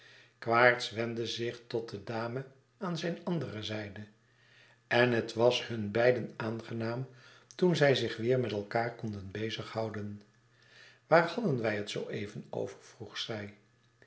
quaerts wendde zich tot de dame aan zijne andere zijde en het was hun beiden aangenaam toen zij zich weêr met elkaâr konden bezighouden waar hadden wij het zoo even over vroeg zij